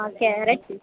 ஆ carrot